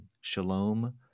Shalom